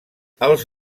els